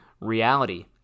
reality